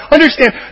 Understand